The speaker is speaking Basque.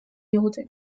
digute